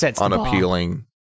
unappealing